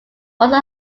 also